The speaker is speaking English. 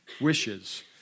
wishes